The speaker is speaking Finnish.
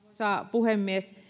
puhemies